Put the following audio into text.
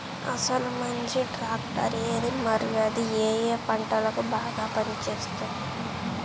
అసలు మంచి ట్రాక్టర్ ఏది మరియు అది ఏ ఏ పంటలకు బాగా పని చేస్తుంది?